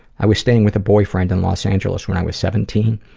i was staying with a boyfriend in los angeles when i was seventeen.